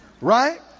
Right